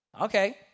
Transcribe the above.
Okay